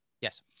Yes